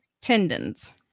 tendons